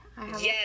Yes